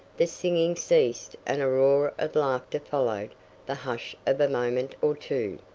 the singing ceased and a roar of laughter followed the hush of a moment or two.